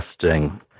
testing